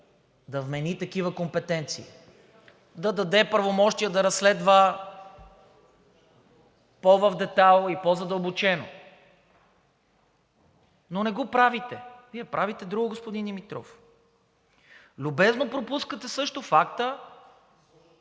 да вмени такива компетенции, да даде правомощия да разследва по в детайл и по задълбочено, но не го правите, Вие правите друго, господин Димитров. Любезно пропускате също факта,